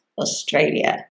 Australia